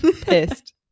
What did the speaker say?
Pissed